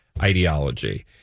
ideology